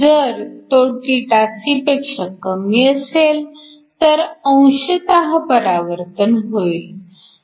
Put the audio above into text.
जर तो θc पेक्षा कमी असेल तर अंशतः परावर्तन होईल